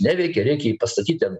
neveikia reikia jį pastatyt ten